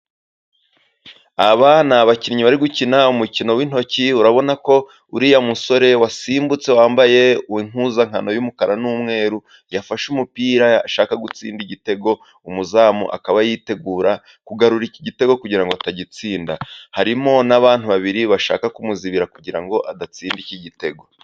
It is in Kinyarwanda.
Aba ni abakinnyi bari gukina umukino w'intoki. Urabona ko uriya musore wasimbutse wambaye impuzankano y'umukara n'umweru, yafashe umupira ashaka gutsinda igitego. Umuzamu akaba yitegura kugarura iki gitego kugira ngo atagitsinda. Harimo n'abantu babiri bashaka kumuzibira kugira ngo adatsinda iki gitego.